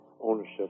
ownership